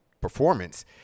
performance